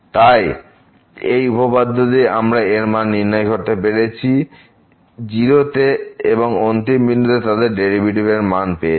তাই এই উপপাদ্য দিয়ে আমরা এর মান নির্ণয় করতে পেরেছি 0 তে এবং অন্তিম বিন্দুতে তাদের ডেরিভেটিভ এর মান পেয়েছি